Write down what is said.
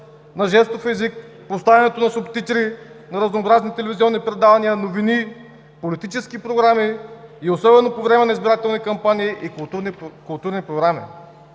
на жестов език, поставянето на субтитри на разнообразни телевизионни предавания, новини, политически програми и особено по време на избирателни кампании и културни програми.